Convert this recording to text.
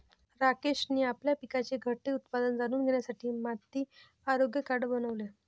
राकेशने आपल्या पिकाचे घटते उत्पादन जाणून घेण्यासाठी माती आरोग्य कार्ड बनवले